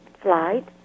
flight